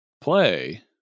play